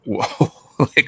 whoa